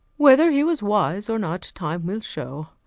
whether he was wise or not, time will show.